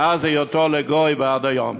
מאז היותו לגוי ועד היום.